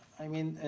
i mean,